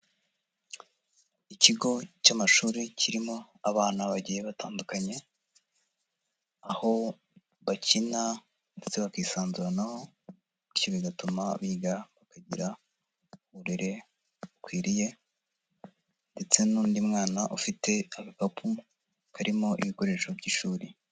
Ikigo cy'amashuri kirimo abana bagiye batandukanye, aho bakina ndetse bakisanzuranaho bityo bigatuma biga bakagira uburere bukwiriye ndetse n'undi, mwana ufite agakapu karimo ibikoresho by'ishuri.